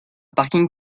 parking